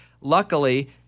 luckily